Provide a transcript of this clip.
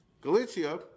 Galicia